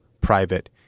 private